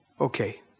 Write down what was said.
okay